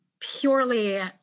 purely